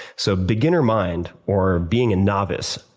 so beginner mind, or being a novice,